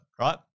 right